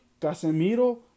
Casemiro